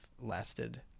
lasted